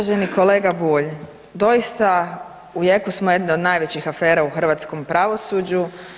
Uvaženi kolega Bulj, doista u jeku smo jedne od najvećih afera u hrvatskom pravosuđu.